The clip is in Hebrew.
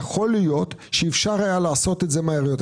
יכול להיות שאפשר היה לעשות את זה מהר יותר,